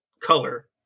Color